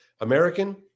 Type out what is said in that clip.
American